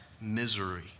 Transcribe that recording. misery